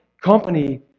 company